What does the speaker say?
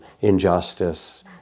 injustice